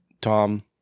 Tom